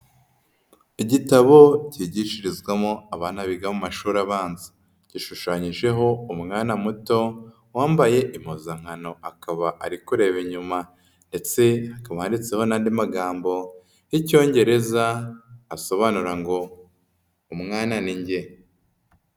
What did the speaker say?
Igitabo kigishirizwamo abana biga mu mashuri abanza, gishushanyijeho umwana muto wambaye impuzankano akaba ari kureba inyuma ndetse hakaba handitseho n'andi magambo y'Icyongereza asobanura ngo umwana ni njye.